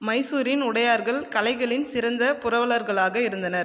மைசூரின் உடையார்கள் கலைகளின் சிறந்த புரவலர்களாக இருந்தனர்